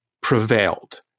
prevailed